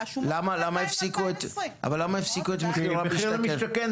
אבל למה הפסיקו את מחיר למשתכן?